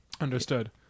Understood